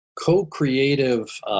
co-creative